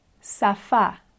Safa